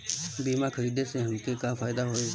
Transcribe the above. बीमा खरीदे से हमके का फायदा होई?